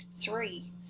Three